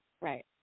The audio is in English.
Right